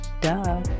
Duh